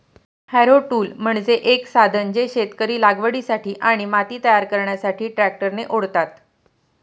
Harrow tool म्हणजे एक साधन जे शेतकरी लागवडीसाठी आणि माती तयार करण्यासाठी ट्रॅक्टरने ओढतात